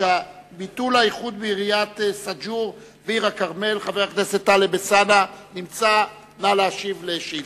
חבר הכנסת אריה ביבי שאל את שר האוצר ביום י"ד בניסן התשס"ט